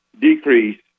decrease